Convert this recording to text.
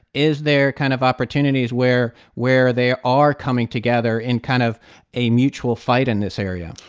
is there kind of opportunities where where they are are coming together in kind of a mutual fight in this area?